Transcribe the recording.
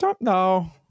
no